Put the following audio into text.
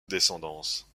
descendance